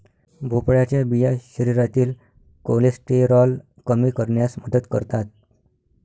भोपळ्याच्या बिया शरीरातील कोलेस्टेरॉल कमी करण्यास मदत करतात